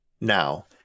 Now